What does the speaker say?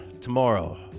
tomorrow